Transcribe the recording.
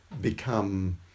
become